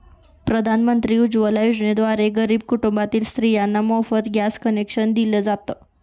प्रधानमंत्री उज्वला योजनेद्वारे गरीब कुटुंबातील स्त्रियांना मोफत गॅस कनेक्शन दिल जात